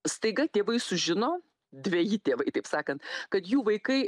staiga tėvai sužino dveji tėvai taip sakant kad jų vaikai